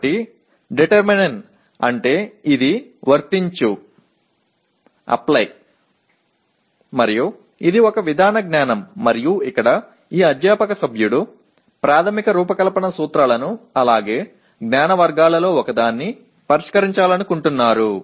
కాబట్టి డిటర్న్మైన్ అంటే ఇది వర్తించు అప్లై మరియు ఇది ఒక విధాన జ్ఞానం మరియు ఇక్కడ ఈ అధ్యాపక సభ్యుడు ప్రాథమిక రూపకల్పన సూత్రాలను అలాగే జ్ఞాన వర్గాలలో ఒకదాన్ని పరిష్కరించాలనుకుంటున్నారు